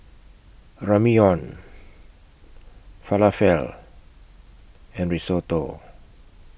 Ramyeon Falafel and Risotto